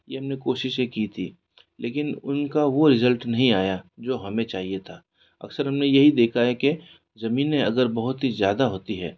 यह हमने कोशिशें की थी लेकिन उनका वह रिज़ल्ट नहीं आया जो हमें चाहिए था अक्सर हमने यही देखा है की ज़मीन ने अगर बहुत ही ज़्यादा होती है